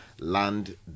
land